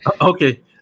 okay